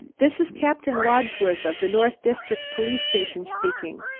this is captain wadsworth of the north district police station speaking.